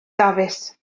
dafis